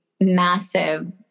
massive